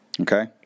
okay